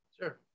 Sure